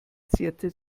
zierte